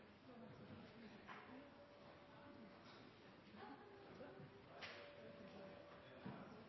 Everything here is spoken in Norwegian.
president.